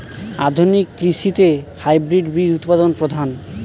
আধুনিক কৃষিতে হাইব্রিড বীজ উৎপাদন প্রধান